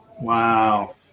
Wow